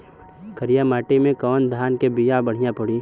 करियाई माटी मे कवन धान के बिया बढ़ियां पड़ी?